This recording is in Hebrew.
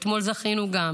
אתמול זכינו גם